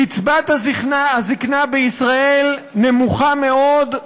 קצבת הזיקנה בישראל נמוכה מאוד,